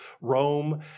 Rome